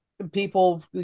People